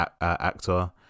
actor